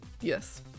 yes